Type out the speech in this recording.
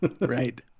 right